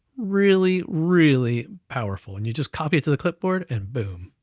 really, really powerful, and you just copy it to the clipboard, and boom.